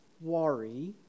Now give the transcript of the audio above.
worry